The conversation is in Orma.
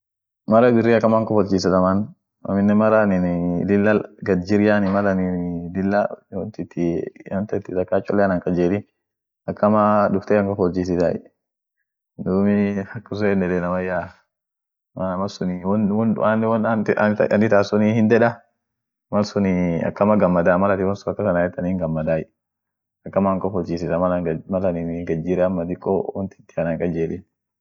Spin ninii ishinen adan ishian biria ada dursan ta diniat ishin dini ishia fan dot lila roman Catholic grupu dibinen inum jirti taa isilamuat sagaleneni biria sagalen bere sun jirtu oliuzi machengo chiz yedeni birrii adan lugha ishin dubetinen kaspiniti familineni lila heshima itkana yedeni ishineni muhimu amine national anthem kabd national anthem royal match yedeni isun